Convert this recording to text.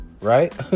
Right